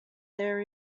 there